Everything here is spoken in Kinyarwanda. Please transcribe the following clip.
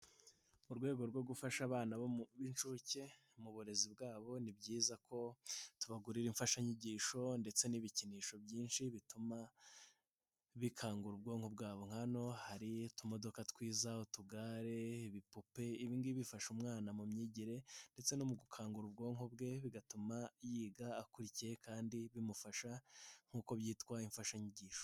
Mu rwego rwo gufasha abana b'inshuke mu burezi bwabo ni byiza ko tubagurira imfashanyigisho ndetse n'ibikinisho byinshi bituma bikangura ubwonko bwabo, nka hano hari utumodoka twiza, utugare, ibipupe, ibi ngibi bifasha umwana mu myigire ndetse no mu gukangura ubwonko bwe bigatuma yiga akurikiye kandi bimufasha nk'uko byitwa imfashanyigisho.